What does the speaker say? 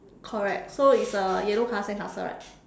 correct so it's a yellow color sandcastle right